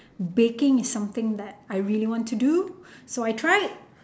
baking is something that I really want to do so I tried